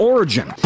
Origin